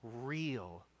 real